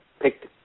picked